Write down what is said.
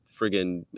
friggin